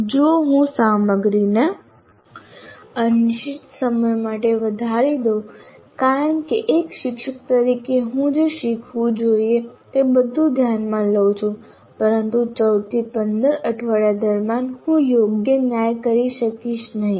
જો હું સામગ્રીને અનિશ્ચિત સમય માટે વધારી દઉં કારણ કે એક શિક્ષક તરીકે હું જે શીખવું જોઈએ તે બધું ધ્યાનમાં લઉં છું પરંતુ 14 થી 15 અઠવાડિયા દરમિયાન હું યોગ્ય ન્યાય કરી શકીશ નહીં